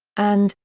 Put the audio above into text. and,